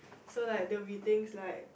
so like there will be things like